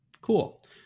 cool